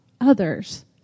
others